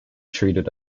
treated